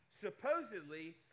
supposedly